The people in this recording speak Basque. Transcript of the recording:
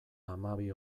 hamabi